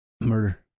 Murder